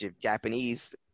Japanese